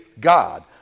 God